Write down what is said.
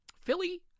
Philly